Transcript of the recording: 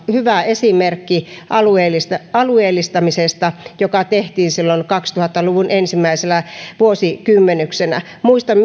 hyvä esimerkki alueellistamisesta joka tehtiin silloin kaksituhatta luvun ensimmäisellä vuosikymmenyksellä muistan